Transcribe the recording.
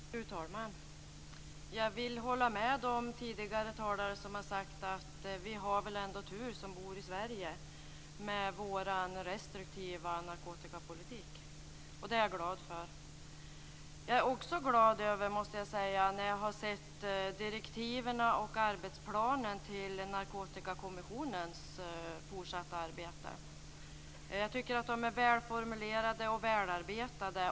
Fru talman! Jag vill hålla med de tidigare talare som har sagt att vi har tur som bor i Sverige, med vår restriktiva narkotikapolitik. Det är jag glad för. Jag är också glad, måste jag säga, efter att ha sett direktiven och arbetsplanen till Narkotikakommissionens fortsatta arbete. Jag tycker att de är välformulerade och välarbetade.